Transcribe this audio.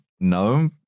No